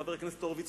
חבר הכנסת הורוביץ,